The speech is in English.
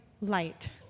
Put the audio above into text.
light